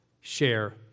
share